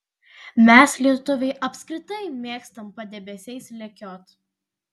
mes lietuviai apskritai mėgstam padebesiais lekiot